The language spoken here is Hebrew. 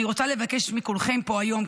אני רוצה לבקש מכולכם פה היום,